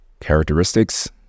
characteristics